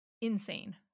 insane